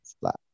flat